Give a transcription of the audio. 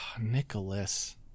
Nicholas